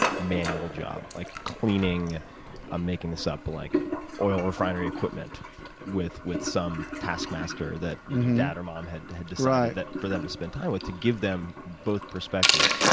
manual job like cleaning i'm making this up like oil refinery equipment with with some task master that dad or mom had had decided for them to spend time with to give them both perspectives.